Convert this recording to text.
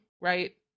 Right